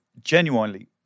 genuinely